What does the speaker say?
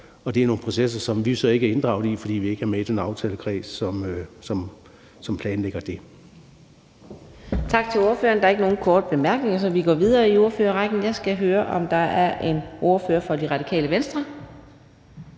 og det er så nogle processer, som vi ikke er inddraget i, fordi vi ikke er med i den aftalekreds, som planlægger det.